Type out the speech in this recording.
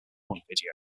montevideo